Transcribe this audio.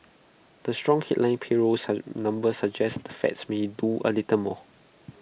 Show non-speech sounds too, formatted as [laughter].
the strong headline payrolls [unintelligible] numbers suggest the fed may do A little more